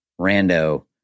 rando